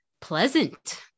pleasant